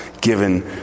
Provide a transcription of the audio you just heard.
given